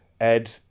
Ed